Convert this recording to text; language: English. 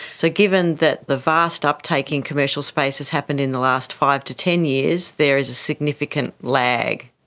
so given that the vast uptake in commercial space has happened in the last five to ten years, there is a significant lag.